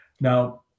Now